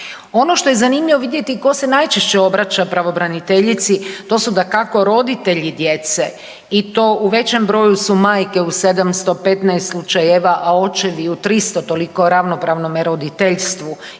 Ono što je zanimljivo vidjeti tko se najčešće obraća pravobraniteljici. To su dakako roditelji djece i to u većem broju su majke u 715 slučajeva, a očevi u 300 toliko ravnopravnome roditeljstvu.